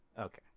Okay